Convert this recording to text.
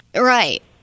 Right